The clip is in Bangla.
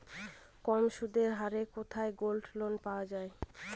কম সুদের হারে কোথায় গোল্ডলোন পাওয়া য়ায়?